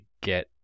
get